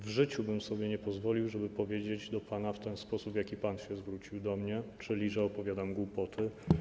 W życiu bym sobie nie pozwolił, żeby powiedzieć do pana w ten sposób, w jaki pan się zwrócił do mnie, czyli że opowiadam głupoty.